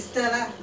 take turn